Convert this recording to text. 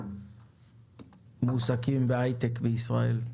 שמועסקים בהייטק בישראל.